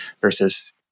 versus